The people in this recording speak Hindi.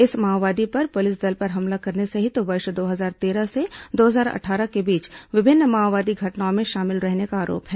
इस माओवादी पर पुलिस दल पर हमला करने सहित वर्ष दो हजार तेरह से दो हजार अट्ठारह के बीच विभिन्न माओवादी घटनाओं में शामिल रहने का आरोप है